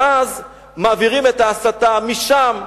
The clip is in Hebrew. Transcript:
ואז מעבירים את ההסתה משם,